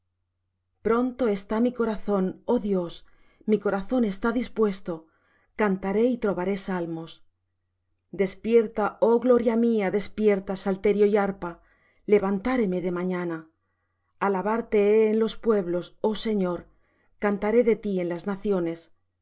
pronto está mi corazón oh dios mi corazón está dispuesto cantaré y trovaré salmos despierta oh gloria mía despierta salterio y arpa levantaréme de mañana alabarte he en los pueblos oh señor cantaré de ti en las naciones